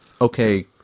okay